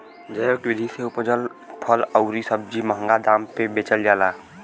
जैविक विधि से उपजल फल अउरी सब्जी महंगा दाम पे बेचल जाला